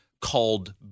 called